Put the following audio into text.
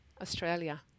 Australia